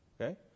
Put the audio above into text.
Okay